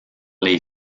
les